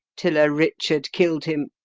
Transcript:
till a richard kill'd him